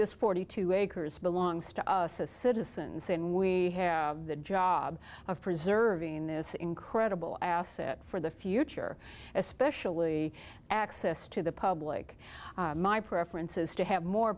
this forty two acres belongs to us as citizens and we have the job of preserving this incredible asset for the future especially access to the public my preference is to have more